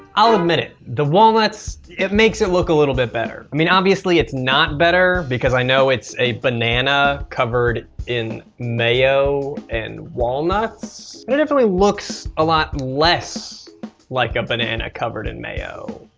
i'll admit it. the walnuts. it makes it look a little bit better. i mean, obviously it's not better, because i know it's a banana covered in mayo and walnuts? but it definitely looks a lot less like a banana, covered in mayo,